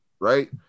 right